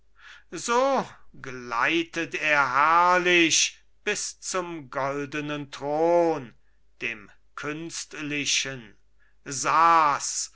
so gleitet er herrlich bis zum goldenen thron dem künstlichen saß